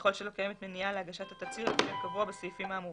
וככל שלא קיימת מניעה להגשת התצהיר לפי הקבוע בסעיפים האמורים.